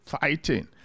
fighting